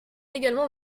également